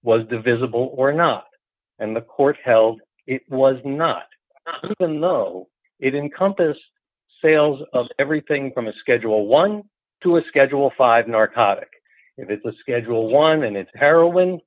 was divisible or not and the court held it was not in the know it encompass sales of everything from a schedule one to a schedule five narcotic if it's a schedule one and it's heroin